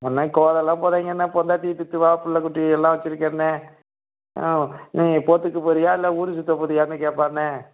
அண்ணே கோலமெலாம் போடாதீங்கண்ணே பொண்டாட்டி திட்டுவா புள்ளைக்குட்டி எல்லாம் வெச்சுருக்கண்ணே நீ போர்ட்டுக்கு போகிறியா இல்லை ஊர் சுற்றப் போகிறியான்னு கேட்பாண்ணே